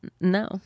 No